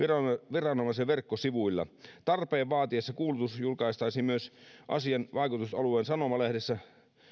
viranomaisen verkkosivuilla tarpeen vaatiessa kuulutus julkaistaisiin myös asian vaikutusalueen sanomalehdessä